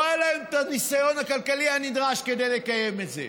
לא היה להם את הניסיון הכלכלי הנדרש כדי לקיים את זה.